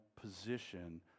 position